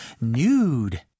Nude